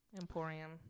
emporium